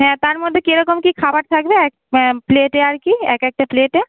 হ্যাঁ তার মধ্যে কেরকম কী খাবার থাকবে এক হ্যাঁ প্লেটে আর কি এক একটা প্লেটে